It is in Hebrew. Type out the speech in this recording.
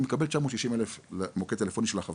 מקבל כ-960,000 פניות במוקד הטלפוני של החברות,